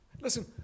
listen